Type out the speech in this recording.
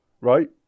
right